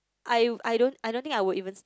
I I don't I don't think I would even start